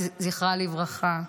זכרה לברכה.